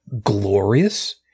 glorious